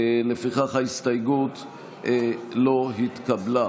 ההסתייגות לא התקבלה.